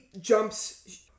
jumps